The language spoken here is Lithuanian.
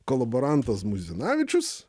kolaborantas muizinavičius